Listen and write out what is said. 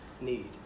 need